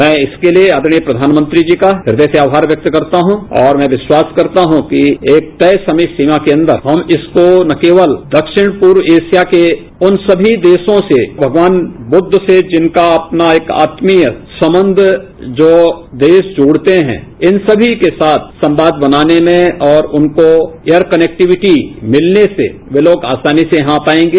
मैं इसके लिए अपने प्रधानमंत्रीजी का हृदय से आभार व्यक्त करता हूं और मैं विश्वास करता हूं कि एक तय समयसीमा केअंदर इसको न केवल दक्षिण पूर्व एशियाई उन सभी देशों से भगवान बुद्ध से जिनका अपना आत्मीयसंबंध जो जोड़ते हैंइन सभी के साथ संवाद बढ़ाने में और उनकोएयर कनेक्टिविटी मिलने से वे लोग आसानी ये यहां आ पाएंगे